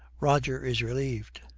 roger is relieved.